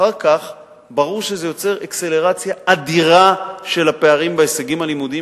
ברור שזה יוצר אחר כך אקסלרציה אדירה של הפערים בהישגים הלימודיים,